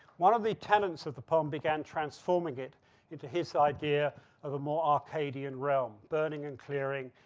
one of the tenants of the pond began transforming it into his idea of a more arcadian realm. burning and clearing,